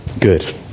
Good